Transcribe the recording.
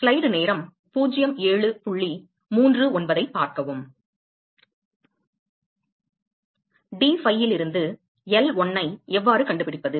d phi இலிருந்து L1 ஐ எவ்வாறு கண்டுபிடிப்பது